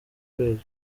kwezi